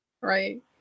Right